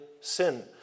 sin